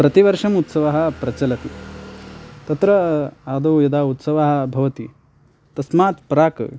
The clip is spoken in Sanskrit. प्रतिवर्षम् उत्सवः प्रचलति तत्र आदौ यदा उत्सवः भवति तस्मात् प्राक्